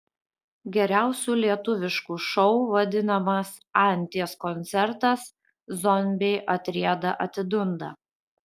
geriausiu lietuvišku šou vadinamas anties koncertas zombiai atrieda atidunda